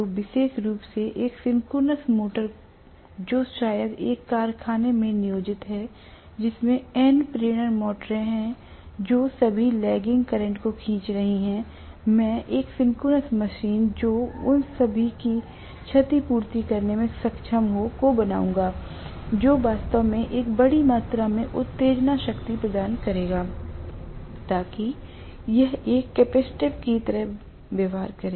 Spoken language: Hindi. तो विशेष रूप से एक सिंक्रोनस मोटर जो शायद एक कारखाने में नियोजित है जिसमें N प्रेरण मोटरें हैं जो सभी लैगिंग करंट को खींच रही हैं मैं एक सिंक्रोनस मशीन जो उन सभी के क्षतिपूर्ति करने में सक्षम होको बनाऊंगा जो वास्तव में एक बड़ी मात्रा में उत्तेजना शक्ति प्रदान करेगा l ताकि यह एक कैपेसिटर की तरह व्यवहार करे